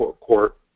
court